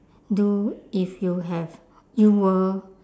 do if you have you were